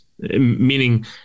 meaning